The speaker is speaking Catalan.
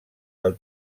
del